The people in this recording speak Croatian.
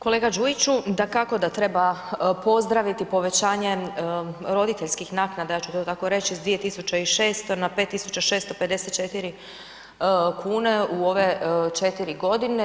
Kolega Đujiću, dakako da treba pozdraviti povećanje roditeljskih naknada, ja ću to tako reći, s 2600 na 5654 kune u ove 4 godine.